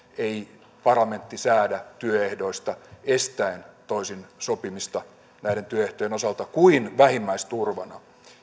ei parlamentti säädä työehdoista estäen toisin sopimista näiden työehtojen osalta kuin vähimmäisturvana